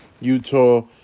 Utah